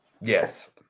Yes